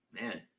Man